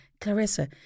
Clarissa